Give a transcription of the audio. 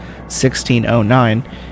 1609